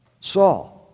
Saul